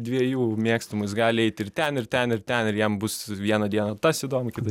dviejų mėgstamų jis gali eit ir ten ir ten ir ten ir jam bus vieną dieną tas įdomu kitą